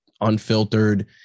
unfiltered